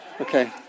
Okay